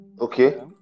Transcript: okay